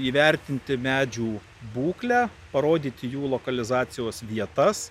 įvertinti medžių būklę parodyti jų lokalizacijos vietas